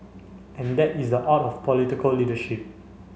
and that is the art of political leadership